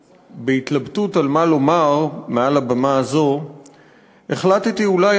בהתלבטות על מה לומר מעל הבמה הזאת החלטתי אולי